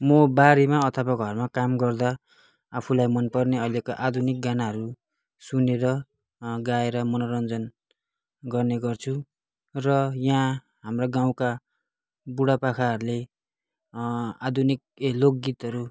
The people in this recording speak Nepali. म बारीमा अथवा घरमा काम गर्दा आफूलाई मनपर्ने अहिलेको आघुनिक गानाहरू सुनेर गाएर मनोरञ्जन गर्ने गर्छु र यहाँ हाम्रो गाउँका बुढा पाकाहरूले आधुनिक ए लोक गीतहरू